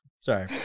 Sorry